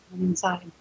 inside